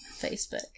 Facebook